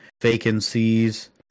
vacancies